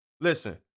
Listen